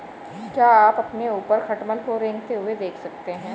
क्या आप अपने ऊपर खटमल को रेंगते हुए देख सकते हैं?